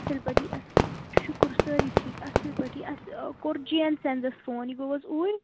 اَصٕل پٲٹھی شُکُر سٲری ٹھیٖک اَصٕل پٲٹھی اَسہِ کوٚر جے این سیٚنزَس فون یہِ گوٚو حظ اوٗرۍ